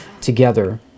together